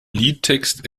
liedtext